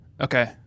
Okay